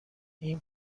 این